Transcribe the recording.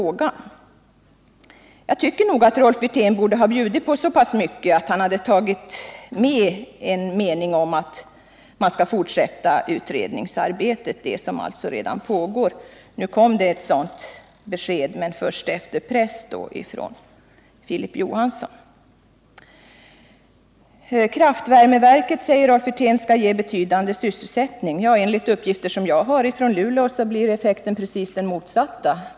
Jag tycker att Rolf Wirtén borde ha bjudit på så pass mycket att han i sitt svar tagit med en mening om att man skall fortsätta det utredningsarbete som redan pågår. Han gav nyss ett sådant besked, men det skedde först efter press från Filip Johansson. 149 Kraftvärmeverket skall ge betydande sysselsättning, säger Rolf Wirtén. Enligt de uppgifter jag har från Luleå blir effekten precis den motsatta.